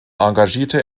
engagierte